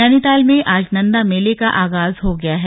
नैनीताल में आज नंदा मेले का आगाज हो गया है